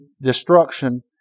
destruction